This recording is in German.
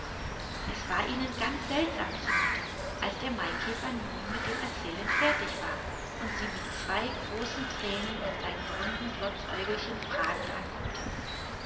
es war ihnen ganz seltsam zumute als der maikäfer nun mit dem erzählen fertig war und sie mit zwei großen tränen in seinen runden glotzäugelchen fragend anguckte